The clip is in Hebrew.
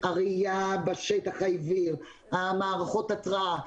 הראייה בשטח העיוור, מערכות התראה.